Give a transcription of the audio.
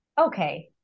okay